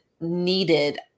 needed